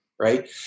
right